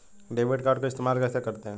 Debit card को इस्तेमाल कैसे करते हैं?